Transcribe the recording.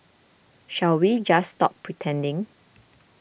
shall we just stop pretending